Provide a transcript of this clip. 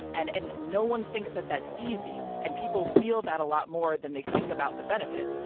and and no one thinks that that's easy. and people feel that a lot more than they think about the benefit.